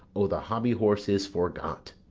o, the hobby-horse is forgot